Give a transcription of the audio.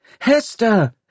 Hester